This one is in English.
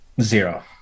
zero